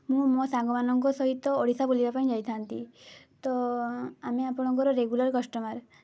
ମୁଁ ମୋ ସାଙ୍ଗମାନଙ୍କ ସହିତ ଓଡ଼ିଶା ବୁଲିବା ପାଇଁ ଯାଇଥାନ୍ତି ତ ଆମେ ଆପଣଙ୍କର ରେଗୁଲାର୍ କଷ୍ଟମର୍